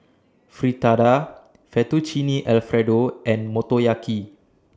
Fritada Fettuccine Alfredo and Motoyaki